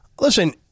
Listen